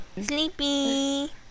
Sleepy